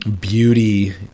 beauty